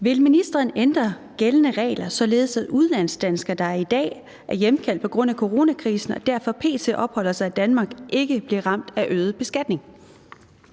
Vil ministeren ændre gældende regler, således at udenlandsdanskere, der i dag er hjemkaldt på grund af coronakrisen og derfor p.t. opholder sig i Danmark, ikke bliver ramt af øget beskatning?